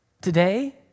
today